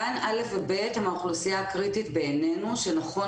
בעינינו גן וכיתות א'-ב' הם האוכלוסייה הקריטית שנכון